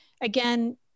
again